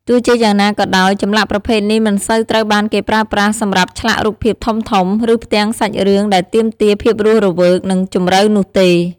ទោះជាយ៉ាងណាក៏ដោយ ចម្លាក់ប្រភេទនេះមិនសូវត្រូវបានគេប្រើប្រាស់សម្រាប់ឆ្លាក់រូបភាពធំៗ ឬផ្ទាំងសាច់រឿងដែលទាមទារភាពរស់រវើក និងជម្រៅនោះទេ។